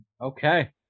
Okay